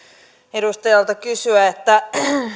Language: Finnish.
edustajalta kysyä että